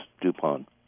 Dupont